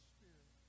Spirit